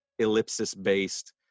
Ellipsis-based